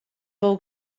wol